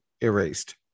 erased